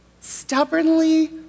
stubbornly